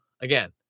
again